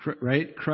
right